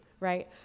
Right